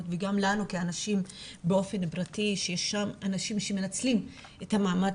וגם לנו כאנשים באופן פרטי שיש שם אנשים שמנצלים את המעמד